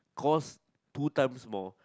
cost two times more